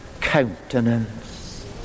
countenance